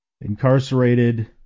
incarcerated